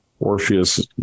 Orpheus